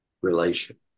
relation